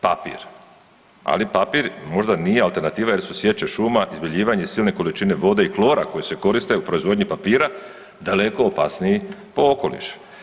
Papir, ali papir možda nije alternativa jer su sječe šuma, izbjeljivanje silne količine vode i klora koji se koristi u proizvodnji papira daleko opasniji po okoliš.